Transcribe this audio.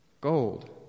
gold